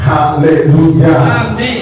Hallelujah